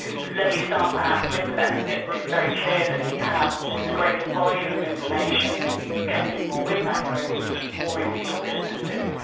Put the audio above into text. let me start perhaps with the benefits. it's very clear that if you have a greater volume of information, then you can do more with that, you're able to see more into your businesses.